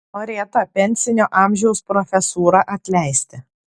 norėta pensinio amžiaus profesūrą atleisti